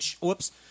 whoops